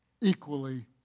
equally